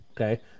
Okay